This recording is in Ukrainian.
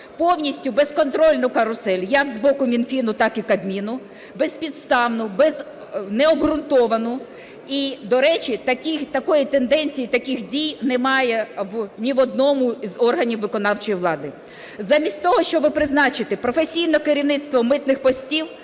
повністю безконтрольну "карусель" як з боку Мінфіну, так і Кабміну, безпідставну, необґрунтовану. І, до речі, такої тенденції і таких дій немає ні в одному з органів виконавчої влади. Замість того, щоби призначити професійне керівництво митних постів,